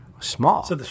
small